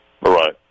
Right